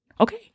okay